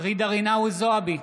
ג'ידא רינאוי זועבי,